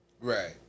Right